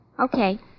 Okay